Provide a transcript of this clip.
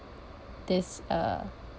this uh